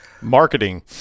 Marketing